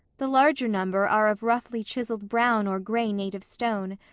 the larger number are of roughly chiselled brown or gray native stone,